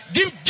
Give